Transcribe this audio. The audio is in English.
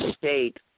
state